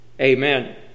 Amen